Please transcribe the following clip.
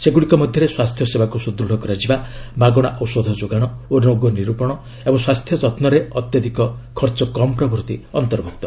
ସେଗୁଡ଼ିକ ମଧ୍ୟରେ ସ୍ୱାସ୍ଥ୍ୟସେବାକୁ ସୁଦୃତ୍ କରାଯିବା ମାଗଣା ଔଷଧ ଯୋଗାଣ ଓ ରୋଗନିର୍ପଣ ଏବଂ ସ୍ୱାସ୍ଥ୍ୟ ଯତ୍ରରେ ଅତ୍ୟଧିକ ଖର୍ଚ୍ଚ କମ୍ ପ୍ରଭୂତି ଅନ୍ତର୍ଭ୍ୟକ୍ତ